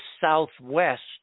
southwest